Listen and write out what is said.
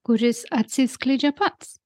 kuris atsiskleidžia pats